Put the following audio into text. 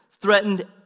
threatened